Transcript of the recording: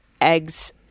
eggs